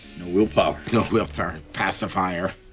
no willpower. no willpower. pacifier.